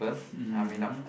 mmhmm mmhmm mmhmm